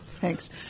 Thanks